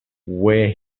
where